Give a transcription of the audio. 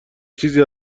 چیزی